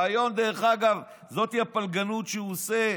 והיום זאת הפלגנות שהוא עושה,